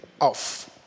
off